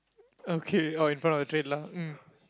okay all in front of the train lah mm